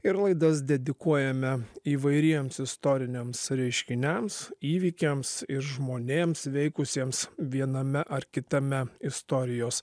ir laidas dedikuojame įvairiems istoriniams reiškiniams įvykiams ir žmonėms veikusiems viename ar kitame istorijos